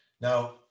Now